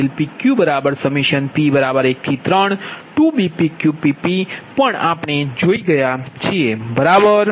આ સમીકરણ dPLossdPqp132 BpqPp પણ આપણે જોઈ ગયા છીએ બરાબર